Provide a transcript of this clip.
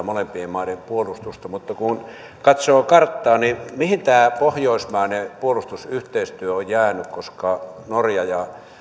molempien maiden puolustusta mutta kun katsoo karttaa niin mihin tämä pohjoismainen puolustusyhteistyö on jäänyt norja ja